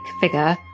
figure